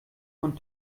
von